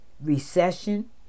recession